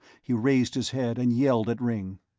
he raised his head and yelled at ringg,